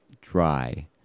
dry